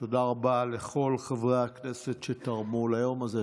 תודה רבה לכל חברי הכנסת שתרמו ליום הזה.